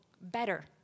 better